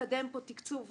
לקדם פה תקצוב נוסף,